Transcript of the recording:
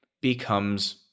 becomes